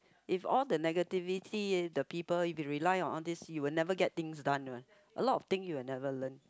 if all the negativity the people you rely on all this you will never get things done one a lot of things you will never learn